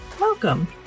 welcome